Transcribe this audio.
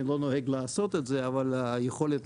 אני לא נוהג לעשות את זה, אבל היכולת קיימת.